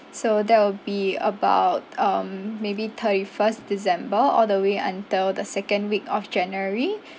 so that will be about um maybe thirty first december all the way until the second week of january